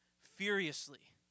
furiously